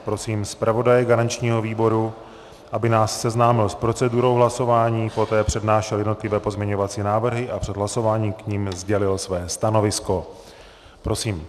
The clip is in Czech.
Prosím zpravodaje garančního výboru, aby nás seznámil s procedurou hlasování, poté přednášel jednotlivé pozměňovací návrhy a před hlasováním k nim sdělil své stanovisko. Prosím.